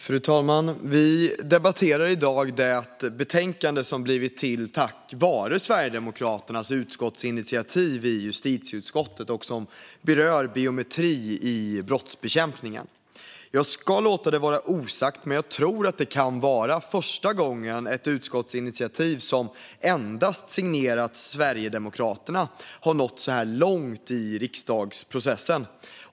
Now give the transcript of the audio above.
Fru talman! Vi debatterar i dag det betänkande som blivit till tack vare Sverigedemokraternas utskottsinitiativ i justitieutskottet och som berör biometri i brottsbekämpningen. Jag ska låta det vara osagt, men jag tror att detta kan vara första gången ett utskottsinitiativ som signerats endast av Sverigedemokraterna har nått så här långt i riksdagsprocessen.